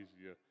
easier